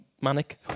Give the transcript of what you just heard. manic